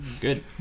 Good